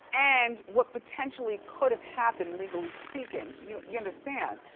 and, what potentially could've happened legally speaking. you you understand?